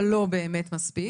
אבל זה לא באמת מספיק.